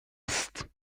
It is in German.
psst